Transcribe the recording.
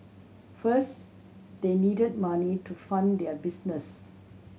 first they needed money to fund their business